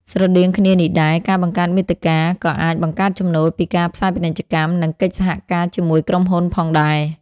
ស្រដៀងគ្នានេះដែរ ការបង្កើតមាតិកា ក៏អាចបង្កើតចំណូលពីការផ្សាយពាណិជ្ជកម្ម និងកិច្ចសហការជាមួយក្រុមហ៊ុនផងដែរ។